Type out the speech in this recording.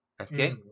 Okay